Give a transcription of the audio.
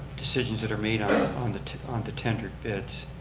decisions that are made on um the on the tendered bits.